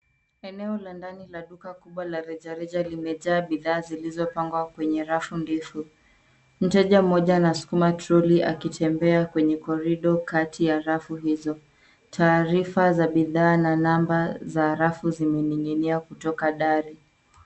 Eneo la ndani la duka kubwa la rejareja limejaa bidhaa zilizo pangwa kwenye rafu ndefu, mteja mmoja anasukuma troli akitembea kwenye korido kati ya rafu hizo, tarifa za bidhaa na namba za rafu zimeninginia kutoka dari.